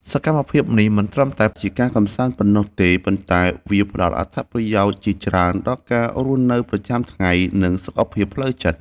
សកម្មភាពនេះមិនត្រឹមតែជាការកម្សាន្តប៉ុណ្ណោះទេ ប៉ុន្តែវាផ្ដល់អត្ថប្រយោជន៍ជាច្រើនដល់ការរស់នៅប្រចាំថ្ងៃ និងសុខភាពផ្លូវចិត្ត។